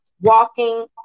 walking